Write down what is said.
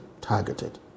targeted